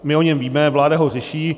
My o něm víme, vláda ho řeší.